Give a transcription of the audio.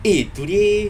eh today